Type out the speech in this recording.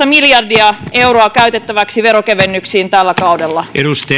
miljardia euroa käytettäväksi veronkevennyksiin tällä kaudella